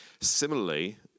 Similarly